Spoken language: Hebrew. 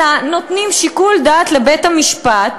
אלא נותנים שיקול דעת לבית-המשפט,